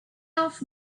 off